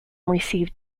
received